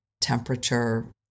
temperature